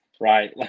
right